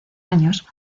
años